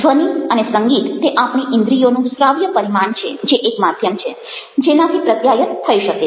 ધ્વનિ અને સંગીત તે આપણી ઈન્દ્રિયોનું શ્રાવ્ય પરિમાણ છે જે એક માધ્યમ છે જેનાથી પ્રત્યાયન થઈ શકે છે